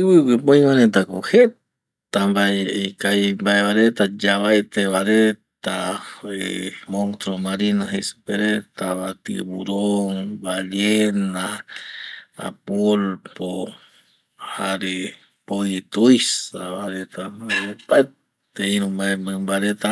ɫvɨguɨ pe oi va reta ko jeta mbae ikavimbae va reta yavaete va reta monstruo marino jei supe retava, tiburon, ballena, pulpo jare jare mboi tuisa va reta oime vi opaete iru mbae mɨmba reta